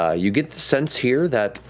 ah you get the sense here that,